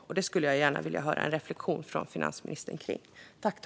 Jag skulle vilja höra en reflektion från finansministern om det.